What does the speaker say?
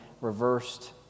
reversed